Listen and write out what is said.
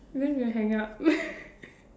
I'm going to hang up